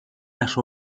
las